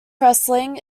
wrestling